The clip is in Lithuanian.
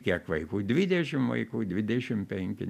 kiek vaikų dvidešimt vaikų dvidešimt penki